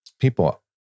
People